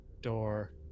door